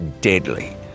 deadly